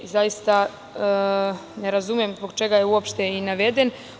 Zaista ne razumem zbog čega je uopšte i naveden?